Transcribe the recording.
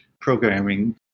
programming